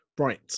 Right